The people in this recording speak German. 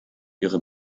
ihre